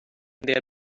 their